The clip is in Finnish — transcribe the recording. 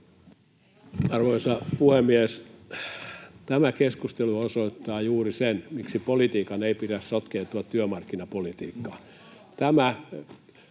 Arvoisa puhemies! Tämä keskustelu osoittaa juuri sen, miksi politiikan ei pidä sotkeutua työmarkkinapolitiikkaan. Tämä